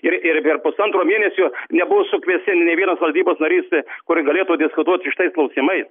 ir ir per pusantro mėnesio nebuvo sukviesti nė vienas valdybos narys kuris galėtų diskutuot štais klausimais